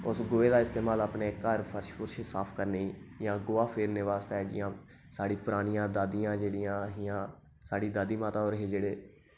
उस गोहे दा इस्तेमाल अपने घर साफ सूफ करने गी जां गोहा फेरने वास्तै जि'यां साढ़ी परानियां दादियां जेह्ड़ियां हियां साढ़ी दादी माता होर हे जेह्ड़े